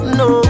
no